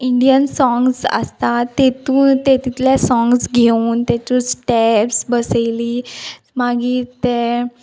Indian songs आसता तेतू तेतूंतले सोंग्स घेवन तेतूंत स्टेप्स बसयली मागीर तें